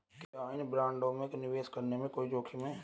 क्या इन बॉन्डों में निवेश करने में कोई जोखिम है?